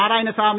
Narayanasamy